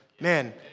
Man